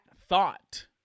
thought